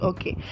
Okay